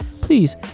please